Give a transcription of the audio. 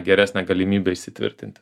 geresnę galimybę įsitvirtinti